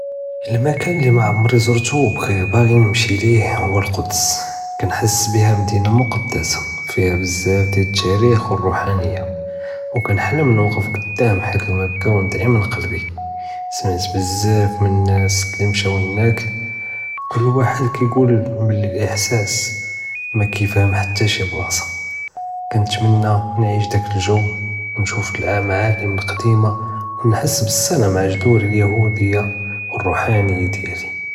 אלמַכַּאן לִי מְעַמְרִי זוּרתו וּבּעְ׳י נִמשִי לִיה הוּא אלקֻּדְס כּנְחס בִּיהַא מדִינַה מֻקַּדַסַה פִיהַא בּזַאפ דִיַאל תַארִיח וּרוּחַאנִיַה וּכנְחְלַם נוּקַּף קֻדַּאם אלחִיט דִיַאל דִמְכַּה וּנְדְעִי מן קַּלְבִּי, סְמַעְת בּזַאפ מן נַאס לִי משַאו הֻנַאקּ כּוּל ואחֶד כּיְקוּל אִחְסַאס מא כִּיפְהֶם חַתַּא שִי בּלַאסַה, כּנתְמנַא נְעִיש דַאק אלג׳וּ וּנְשוּף אלמַעַאלֶם לְקּדִימַה וּנְחס בּסִלַה מעַא.